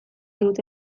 dute